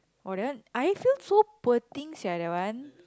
oh that one I feel so poor thing sia that one